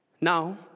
Now